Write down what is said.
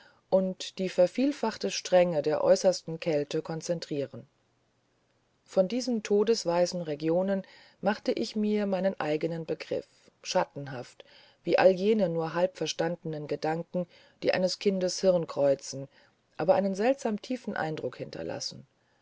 und die vervielfachte strenge der äußersten kälte konzentrieren von diesen todesweißen regionen machte ich mir meinen eigenen begriff schattenhaft wie all jene nur halb verstandenen gedanken die eines kindes hirn kreuzen aber einen seltsam tiefen eindruck hinterlassend